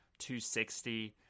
260